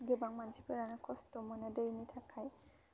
गोबां मानसिफोरानो खस्ट' मोनो दैनि थाखाय